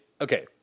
okay